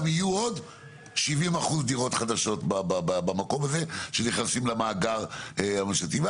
יהיו עוד 70% דירות חדשות במקום הזה שנכנסים למאגר הממשלתי.